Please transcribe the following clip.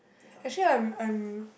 actually I'm I'm